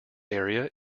area